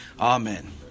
Amen